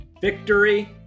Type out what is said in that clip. victory